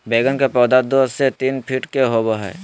बैगन के पौधा दो से तीन फीट के होबे हइ